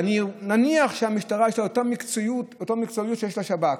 ונניח שלמשטרה יש את אותה מקצועיות שיש לשב"כ,